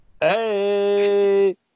Hey